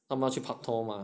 他们去 paktor 吗